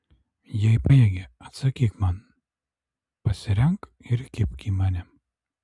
jei pajėgi atsakyk man pasirenk ir kibk į mane